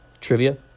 trivia